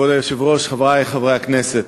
כבוד היושב-ראש, חברי חברי הכנסת,